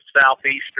Southeastern